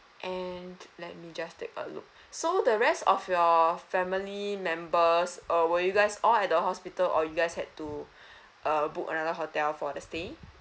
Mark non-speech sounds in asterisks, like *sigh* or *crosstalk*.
and let me just take a look *breath* so the rest of your family members err were you guys all at the hospital or you guys had to *breath* err book another hotel for the stay